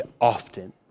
often